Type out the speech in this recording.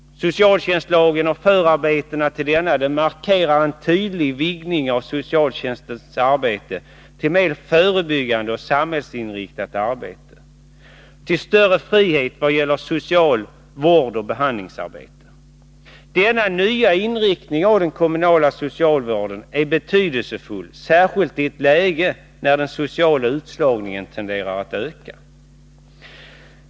Socialtjänstlagen och förarbetena till denna markerar en tydlig vidgning av socialtjänstens arbete till mer förebyggande och samhällsinriktat arbete och till större frihet vad gäller det sociala vårdoch behandlingsarbetet. Denna nya inriktning av den kommunala socialvården är särskilt betydelsefull i ett läge när den sociala utslagningen tenderar att öka.